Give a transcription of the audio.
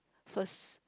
first